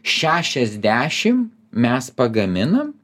šešiasdešim mes pagaminam